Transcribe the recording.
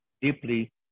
deeply